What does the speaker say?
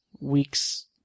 weeks